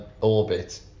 orbit